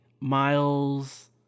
Miles